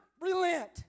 relent